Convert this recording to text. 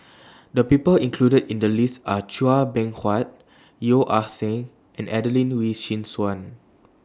The People included in The list Are Chua Beng Huat Yeo Ah Seng and Adelene Wee Chin Suan